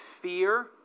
fear